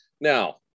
Now